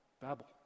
Babel